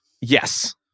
Yes